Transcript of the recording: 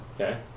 Okay